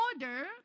order